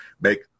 make